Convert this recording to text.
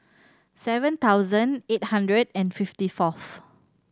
seven thousand eight hundred and fifty forth